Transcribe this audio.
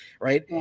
right